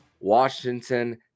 Washington